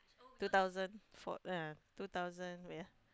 two thousand four yeah two thousand wait ah